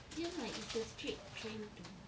ya lah it's a straight train to